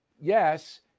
yes